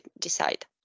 decide